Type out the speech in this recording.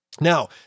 Now